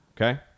okay